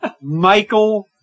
Michael